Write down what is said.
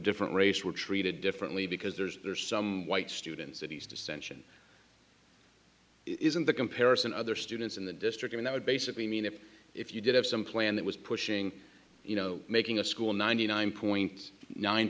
different race were treated differently because there's there's some white students that he's dissention is in the comparison to other students in the district and that would basically mean that if you did have some plan that was pushing you know making a school ninety nine point nine